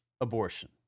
abortion